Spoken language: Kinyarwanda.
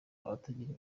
abatagira